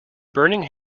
burning